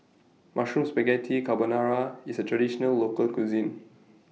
Mushroom Spaghetti Carbonara IS A Traditional Local Cuisine